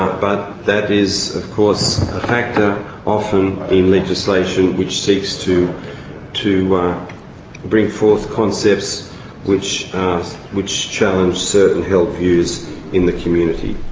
but that is of course a factor often in legislation which seeks to to bring forth concepts which which challenge certain held views in the community.